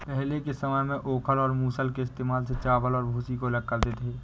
पहले के समय में ओखल और मूसल के इस्तेमाल से चावल और भूसी को अलग करते थे